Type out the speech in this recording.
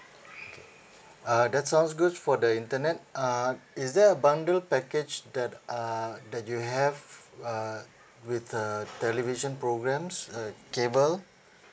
okay uh that's sounds good for the internet uh is there a bundle package that uh that you have uh with the television programs uh cable